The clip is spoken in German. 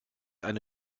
eine